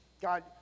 God